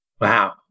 Wow